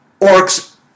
orcs